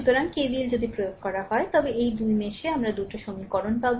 সুতরাং KVL যদি প্রয়োগ করা হয় তবে এই দুই মেশে আমরা দুটো সমীকরণ পাব